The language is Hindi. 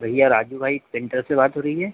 भैया राजू भाई सेन्टर से बात हो रही है